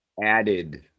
added